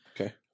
Okay